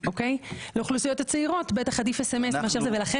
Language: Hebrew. SMS. לאוכלוסיות הצעירות בטח עדיף SMS. לכן